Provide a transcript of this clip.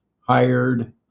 hired